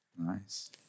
Nice